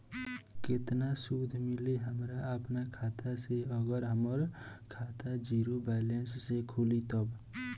केतना सूद मिली हमरा अपना खाता से अगर हमार खाता ज़ीरो बैलेंस से खुली तब?